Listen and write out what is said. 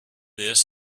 this